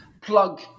plug